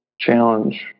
challenge